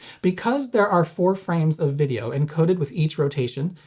because there are four frames of video encoded with each rotation,